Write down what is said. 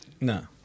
No